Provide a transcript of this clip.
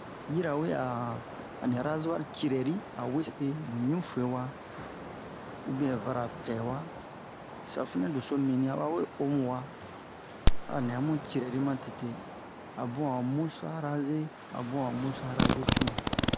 Yirawe a ani razu'ar crɛri a wese mu ɲufu'e wa ubiɛn vara pɛ wa safinɛ doso mibini a ba we omu wa a nɛ amu we crɛri ma tete a bun a'o mus-a-raze a bun a mus-a-raze cunu